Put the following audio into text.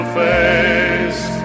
face